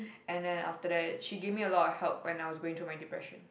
and then after that she gave me a lot of help when I was going through my depression